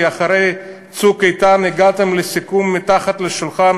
כי אחרי "צוק איתן" הגעתם לסיכום מתחת לשולחן